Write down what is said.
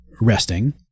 resting